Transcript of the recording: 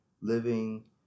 living